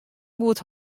goed